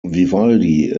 vivaldi